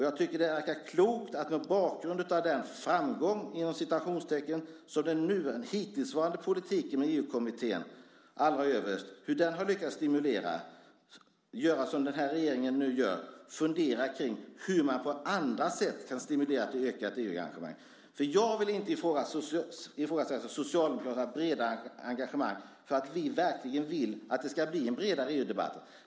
Jag tycker att det verkar klokt att med bakgrund av den "framgång" med vilken den hittillsvarande politiken med EU-kommittén allra överst har lyckats stimulera göra som den här regeringen nu gör: fundera kring hur man på andra sätt kan stimulera till ökat EU-engagemang. Jag vill inte ifrågasätta Socialdemokraternas breda engagemang, att de verkligen vill att det ska bli en bredare EU-debatt.